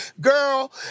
girl